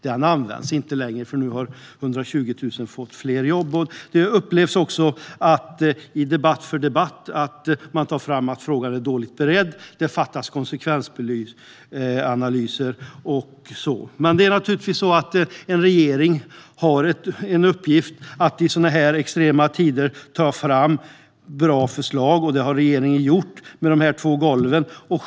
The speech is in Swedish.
Det används inte längre, för nu har 120 000 fler fått jobb. Jag upplever också att man i debatt efter debatt framhåller att frågan är dåligt beredd och att det fattas konsekvensanalyser. Men en regering har naturligtvis i uppgift att i sådana här extrema tider ta fram bra förslag, och det har regeringen gjort med dessa två golv.